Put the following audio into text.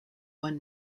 one